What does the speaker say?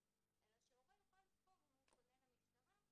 אלא שהורה יוכל לבחור אם הוא פונה למשטרה או לרווחה.